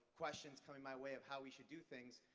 questions coming my way of how we should do things.